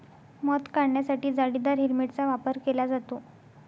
मध काढण्यासाठी जाळीदार हेल्मेटचा वापर केला जातो